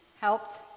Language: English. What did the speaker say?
helped